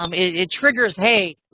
um it triggers, hey,